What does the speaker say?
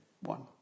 one